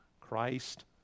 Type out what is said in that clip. Christ